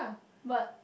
but